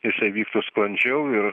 jisai vyktų sklandžiau ir